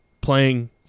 Playing